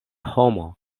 homo